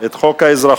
את תוקף חוק האזרחות,